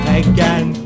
again